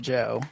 Joe